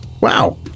Wow